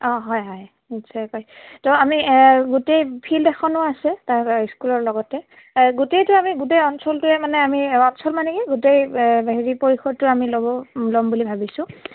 অঁ হয় হয় নিশ্চয়কৈ তো আমি গোটেই ফিল্ড এখনো আছে তাৰ স্কুলৰ লগতে গোটেইটো আমি গোটেই অঞ্চলটোৱে মানে আমি অঞ্চল মানে কি গোটেই হেৰি পৰিসোধটো আমি ল'ব ল'ম বুলি ভাবিছোঁ